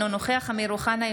אינו נוכח אמיר אוחנה,